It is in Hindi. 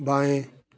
बाएँ